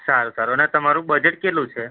સારું સારું ને તમારું બજેટ કેટલું છે